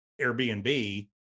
Airbnb